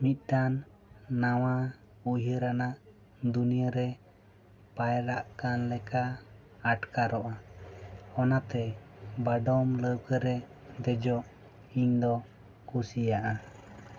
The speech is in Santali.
ᱢᱤᱫᱴᱮᱱ ᱱᱟᱣᱟ ᱩᱭᱦᱟᱹᱨ ᱟᱱᱟᱜ ᱫᱩᱱᱤᱭᱟᱹ ᱨᱮ ᱯᱟᱭᱨᱟᱜ ᱠᱟᱱ ᱞᱮᱠᱟ ᱟᱴᱠᱟᱨᱚᱜᱼᱟ ᱚᱱᱟᱛᱮ ᱵᱟᱰᱚᱢ ᱞᱟᱹᱣᱠᱟᱹ ᱨᱮ ᱫᱮᱡᱚᱜ ᱤᱧ ᱫᱚᱹᱧ ᱠᱩᱥᱤᱭᱟᱜᱼᱟ